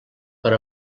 per